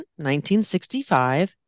1965